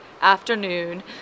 afternoon